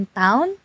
town